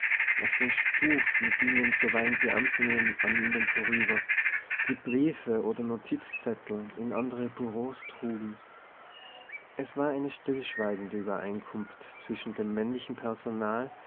auf den stufen gingen zuweilen beamtinnen an ihnen vorüber die briefe oder notizzettel in andere bureaus trugen es war eine stillschweigende übereinkunft zwischen dem männlichen personal